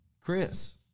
Chris